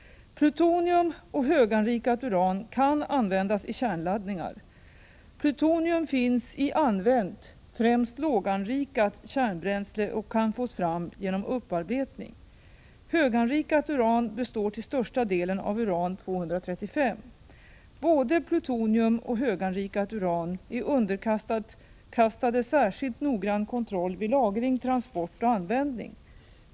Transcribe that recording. Plutonium och höganrikat uran kan användas i kärnladdningar. Plutonium finns i använt, främst låganrikat, kärnbränsle och kan fås fram genom upparbetning. Höganrikat uran består till största delen av uran-235. Både plutonium och höganrikat uran är underkastade särskilt noggrann kontroll vid lagring, transport och användning.